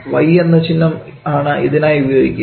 y എന്ന ചിഹ്നം ആണ് ഇതിനായി ഉപയോഗിക്കുക